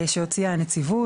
שהוציאה הנציבות.